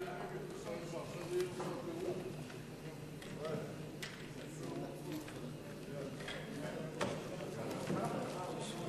חוק הרשות לפיתוח הנגב (תיקון מס' 4), התש"ע 2010,